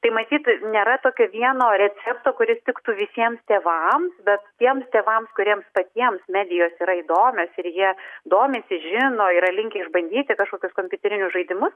tai matyt nėra tokio vieno recepto kuris tiktų visiems tėvams bet tiems tėvams kuriems patiems medijos yra įdomios ir jie domisi žino yra linkę išbandyti kažkokius kompiuterinius žaidimus